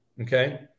Okay